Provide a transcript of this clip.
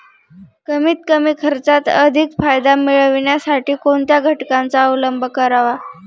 कमीत कमी खर्चात अधिक फायदा मिळविण्यासाठी कोणत्या घटकांचा अवलंब करावा?